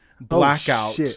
Blackout